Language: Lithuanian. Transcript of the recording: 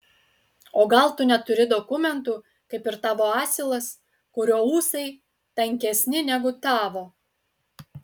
o gal tu neturi dokumentų kaip ir tavo asilas kurio ūsai tankesni negu tavo